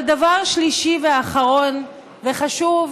אבל דבר שלישי ואחרון, וחשוב